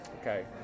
Okay